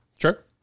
sure